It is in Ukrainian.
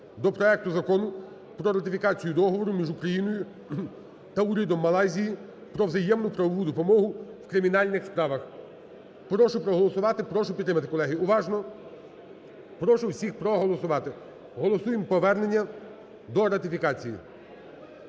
до проекту Закону про ратифікацію Договору між Україною та Урядом Малайзії про взаємну правову допомогу в кримінальних справах. Прошу проголосувати, прошу підтримати, колеги. Уважно прошу всіх проголосувати. Голосуємо повернення до ратифікації.